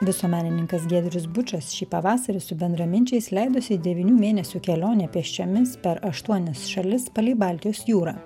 visuomenininkas giedrius bučas šį pavasarį su bendraminčiais leidosi devynių mėnesių kelionė pėsčiomis per aštuonias šalis palei baltijos jūrą